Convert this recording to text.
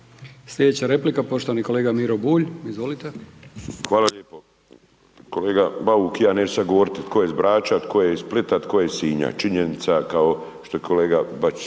Slijedeća replika poštovani kolega Miro Bulj. Izvolite. **Bulj, Miro (MOST)** Hvala lijepo. Kolega Bauk, ja neću sad govoriti tko je iz Brača, tko je iz Splita, tko iz Sinja. Činjenica kao što je kolega